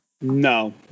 No